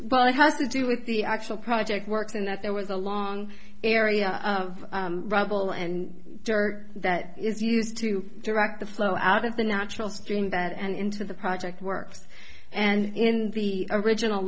but it has to do with the actual project works in that there was a long area of rubble and dirt that is used to direct the flow out of the natural stream bed and into the project works and in the original